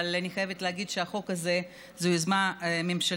אבל אני חייבת להגיד שהחוק הזה הוא יוזמה ממשלתית,